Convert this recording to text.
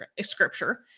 scripture